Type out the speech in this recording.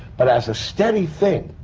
but as a steady thing,